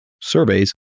surveys